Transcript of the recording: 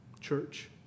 church